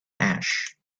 ash